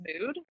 mood